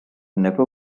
never